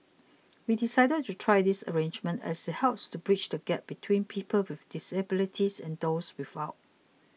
we decided to try this arrangement as it helps to bridge the gap between people with disabilities and those without